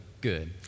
good